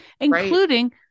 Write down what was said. including